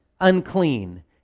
unclean